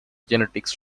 genetics